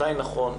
מתי נכון,